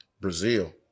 Brazil